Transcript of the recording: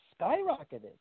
skyrocketed